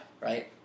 right